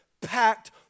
packed